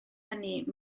hynny